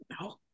No